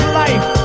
life